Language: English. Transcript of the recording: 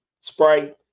sprite